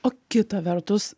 o kita vertus